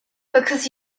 because